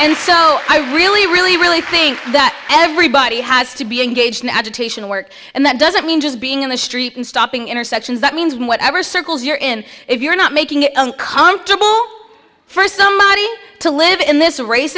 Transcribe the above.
and so i really really really think that everybody has to be engaged in agitation work and that doesn't mean just being in the street and stopping intersections that means whatever circles you're in if you're not making it uncomfortable for somebody to live in this ra